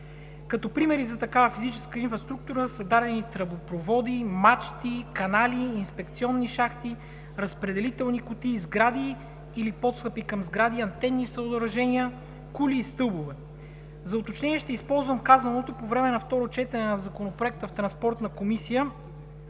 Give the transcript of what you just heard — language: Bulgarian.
Като примери за такава физическа инфраструктура са дадени тръбопроводи, мачти, канали, инспекционни шахти, разпределителни кутии, сгради или подстъпи към сгради, антенни съоръжения, кули и стълбове. За уточнение ще използвам казаното по време на второ четене на Законопроекта в Транспортна комисия